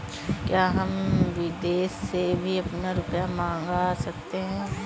क्या हम विदेश से भी अपना रुपया मंगा सकते हैं?